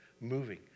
moving